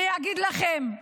אני אגיד לכם,